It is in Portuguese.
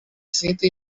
senta